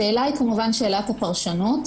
השאלה היא כמובן שאלת הפרשנות.